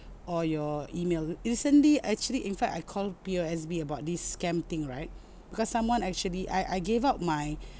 or your email recently actually in fact I called P_O_S_B about this scam thing right because someone actually I I gave out my